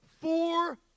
four